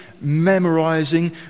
memorizing